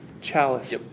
chalice